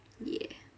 yeah